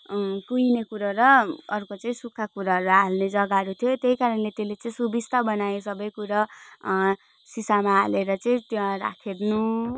कुहिने कुरो र अर्को चाहिँ सुक्खा कुराहरू हाल्ने जग्गाहरू थियो त्यही कारणले त्यसले चाहिँ सुबिस्ता बनायो सबै कुरा सिसामा हालेर चाहिँ त्यहाँ राख्नु